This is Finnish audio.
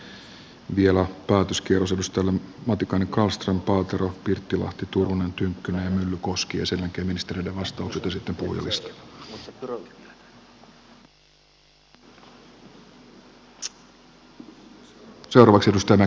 sen jälkeen vielä päätöskierros edustajille matikainen kallström paatero pirttilahti turunen tynkkynen ja myllykoski ja sen jälkeen ministereiden vastaukset ja sitten puhujalistaan